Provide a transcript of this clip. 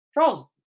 Charles